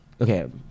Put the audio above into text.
okay